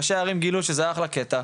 ראשי ערים גילו שזה אחלה קטע,